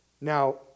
Now